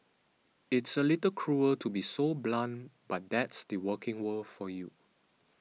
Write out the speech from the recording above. it's a little cruel to be so blunt but that's the working world for you